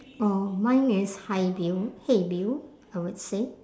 oh mine is hi bill !hey! bill I would say